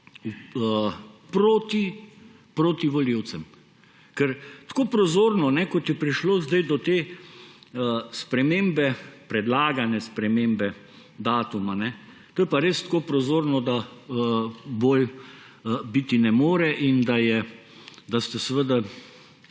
proti volivcem. Ker tako prozorno, kot je prišlo sedaj do te predlagane spremembe datuma, to je pa res tako prozorno, da bolj biti ne more in da ste ta